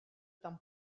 tan